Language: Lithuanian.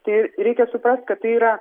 tai reikia suprast kad tai yra